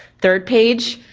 third page,